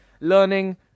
learning